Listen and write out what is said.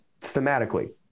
thematically